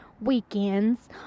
weekends